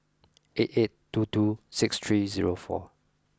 eight eight two two six three zero four